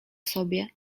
sobie